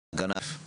על הגז וכו' וכו',